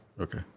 okay